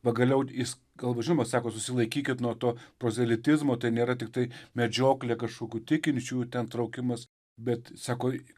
pagaliau jis kalba žinoma sako susilaikykit nuo to prozelitizmo tai nėra tiktai medžioklė kažkokių tikinčiųjų ten traukimas bet sako